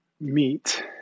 meet